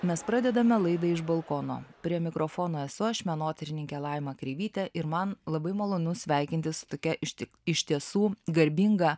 mes pradedame laidą iš balkono prie mikrofono esu aš menotyrininkė laima kreivytė ir man labai malonu sveikintis tokia išti iš tiesų garbinga